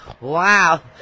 Wow